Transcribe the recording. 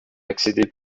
accéder